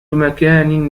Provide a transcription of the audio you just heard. مكان